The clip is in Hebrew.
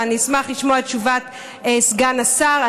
אבל אני אשמח לשמוע את תשובת סגן השר,